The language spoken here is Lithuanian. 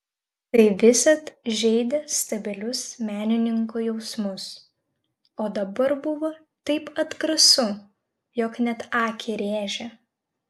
tai visad žeidė subtilius menininko jausmus o dabar buvo taip atgrasu jog net akį rėžė